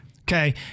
Okay